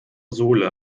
sohle